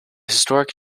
historic